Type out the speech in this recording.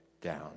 down